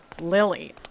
Lily